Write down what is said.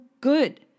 good